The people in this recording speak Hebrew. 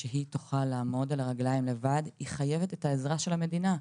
על מנת שהיא תוכל לעמוד על הרגליים לבד היא חייבת את העזרה של המדינה,